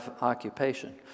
occupation